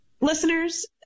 listeners